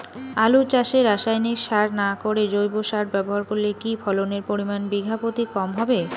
আলু চাষে রাসায়নিক সার না করে জৈব সার ব্যবহার করলে কি ফলনের পরিমান বিঘা প্রতি কম হবে?